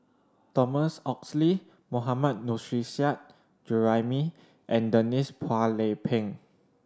Thomas Oxley Mohammad Nurrasyid Juraimi and Denise Phua Lay Peng